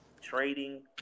trading